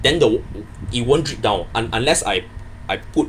then the it won't drip down un~ unless like I I put